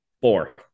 Four